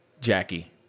Jackie